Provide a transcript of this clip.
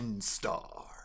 Star